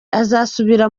azasubira